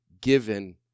given